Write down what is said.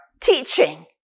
teaching